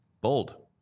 Bold